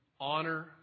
honor